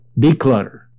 Declutter